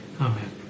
Amen